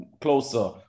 closer